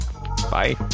Bye